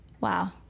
Wow